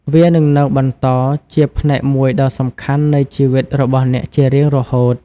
វានឹងនៅបន្តជាផ្នែកមួយដ៏សំខាន់នៃជីវិតរបស់អ្នកជារៀងរហូត។